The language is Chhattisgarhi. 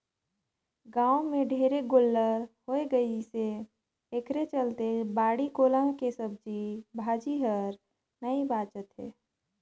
गाँव में ढेरे गोल्लर होय गइसे एखरे चलते बाड़ी कोला के सब्जी भाजी हर नइ बाचत हे